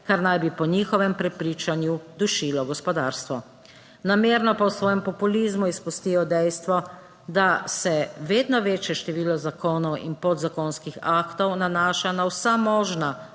kar naj bi po njihovem prepričanju dušilo gospodarstvo. Namerno pa v svojem populizmu izpustijo dejstvo, da se vedno večje število zakonov in podzakonskih aktov nanaša na vsa možna